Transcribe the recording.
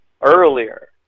earlier